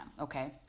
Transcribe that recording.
okay